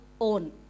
own